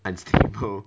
unstable